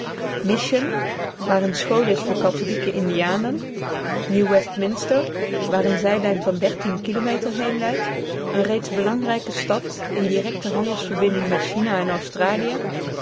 waar eene school is voor katholieke indianen new westminster waar eene zijlijn van kilometer heen leidt eene reeds belangrijke stad in directe handelsverbinding met china en australië